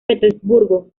petersburgo